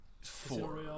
four